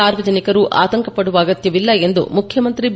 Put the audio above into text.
ಸಾರ್ವಜನಿಕರು ಆತಂಕಪಡುವ ಅಗತ್ಯವಿಲ್ಲ ಎಂದು ಮುಖ್ಯಮಂತ್ರಿ ಬಿ